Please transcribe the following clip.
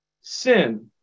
sin